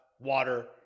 water